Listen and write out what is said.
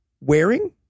wearing